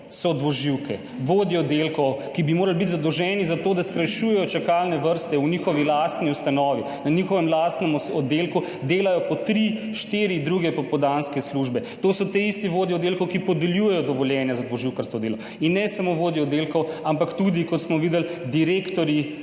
so dvoživke, vodje oddelkov, ki bi morali biti zadolženi za to, da skrajšujejo čakalne vrste v njihovi lastni ustanovi, na njihovem lastnem oddelku, delajo po tri, štiri druge popoldanske službe, to so isti vodje oddelkov, ki podeljujejo dovoljenja za dvoživkarsko delo, ne samo vodje oddelkov, ampak, kot smo videli, direktorji